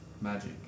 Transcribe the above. magic